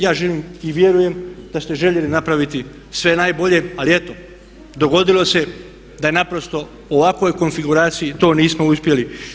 Ja vjerujem da ste željeli napraviti sve najbolje, ali eto dogodilo se da naprosto u ovakvoj konfiguraciji to nismo uspjeli.